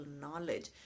knowledge